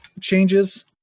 changes